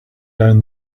down